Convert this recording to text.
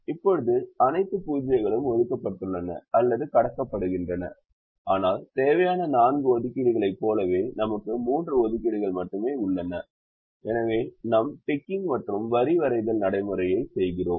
இப்போது அனைத்து 0 களும் ஒதுக்கப்பட்டுள்ளன அல்லது கடக்கப்படுகின்றன ஆனால் தேவையான நான்கு ஒதுக்கீடுகளைப் போலவே நமக்கு மூன்று ஒதுக்கீடுகள் மட்டுமே உள்ளன எனவே நாம் டிக்கிங் மற்றும் வரி வரைதல் நடைமுறையைச் செய்கிறோம்